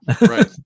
Right